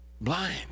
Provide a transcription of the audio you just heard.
Blind